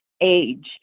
age